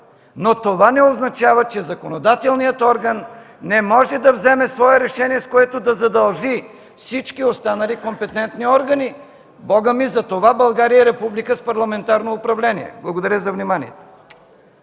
но това не означава, че законодателният орган не може да вземе свое решение, с което да задължи всички останали компетентни органи. Бога ми, затова България е република с парламентарно управление. Благодаря за вниманието.